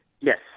Yes